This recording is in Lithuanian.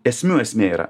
esmių esmė yra